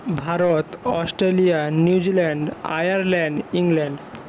Bharat Australia New Zealand Ireland England